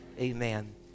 Amen